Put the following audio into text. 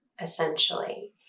essentially